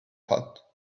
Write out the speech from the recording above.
hot